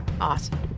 Awesome